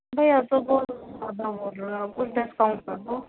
بھیا تو بہت مہنگا بول رہے ہو آپ کچھ ڈسکاؤنٹ کر دو